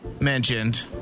mentioned